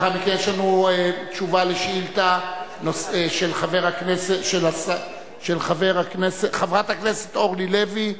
לאחר מכן יש לנו תשובה על שאילתא של חברת הכנסת אורלי לוי,